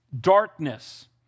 darkness